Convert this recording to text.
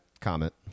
comment